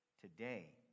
Today